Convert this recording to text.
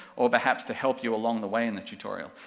or perhaps to help you along the way in the tutorial,